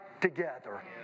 together